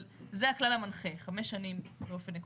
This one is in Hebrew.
זה הכלל המנחה, חמש שנים באופן עקרוני.